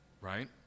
right